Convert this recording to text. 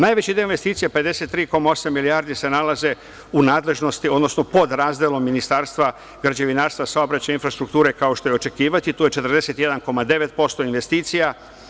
Najveći deo investicija, 53,8 milijardi se nalaze u nadležnosti, odnosno pod razdelom Ministarstva građevinarstva, saobraćaja, infrastrukture, kao što je za očekivati, to je 41,9% investicija.